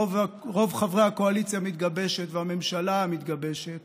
רוב חברי הקואליציה המתגבשת והממשלה המתגבשת